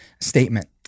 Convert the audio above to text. statement